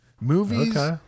Movies